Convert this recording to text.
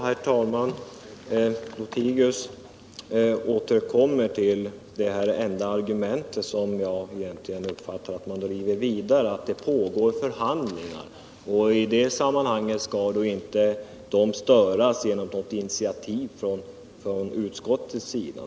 Herr talman! Herr Lothigius återkommer till det enda argument som man tycks ha, nämligen att det pågår förhandlingar och att dessa inte bör störas av något initiativ från utskottets sida.